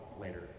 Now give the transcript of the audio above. later